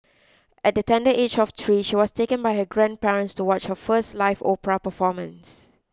at the tender age of three she was taken by her grandparents to watch her first live opera performance